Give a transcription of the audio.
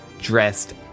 dressed